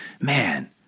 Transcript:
man